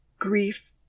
Grief